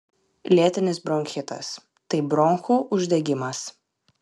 lėtinis bronchitas tai bronchų uždegimas